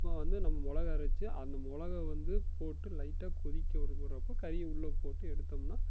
அப்புறம் வந்து நம்ப மிளகா அரைச்சு அந்த மொளகை வந்து போட்டு லைட்டாக கொதிக்க விடறப்போ கறியை உள்ள போட்டு எடுத்தோம்னா